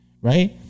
right